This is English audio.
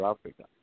Africa